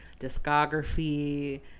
discography